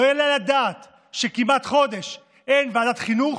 לא יעלה על הדעת שכמעט חודש אין ועדת חינוך,